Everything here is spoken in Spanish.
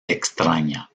extraña